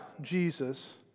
Jesus